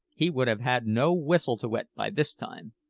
he would have had no whistle to wet by this time.